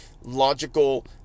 logical